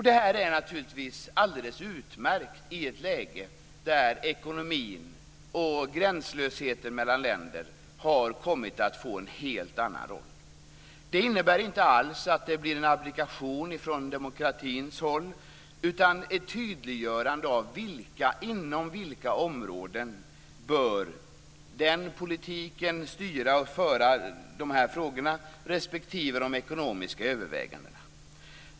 Detta är naturligtvis alldeles utmärkt i ett läge där ekonomin och gränslösheten mellan länder har kommit att få en helt annan roll. Det innebär inte alls att det blir en abdikation från demokratin, utan det innebär ett tydliggörande av inom vilka områden som den politiken bör styra dessa frågor respektive de ekonomiska övervägandena.